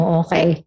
okay